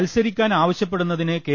മത്സരിക്കാൻ ആവശ്യപ്പെടുന്നതിന് കെ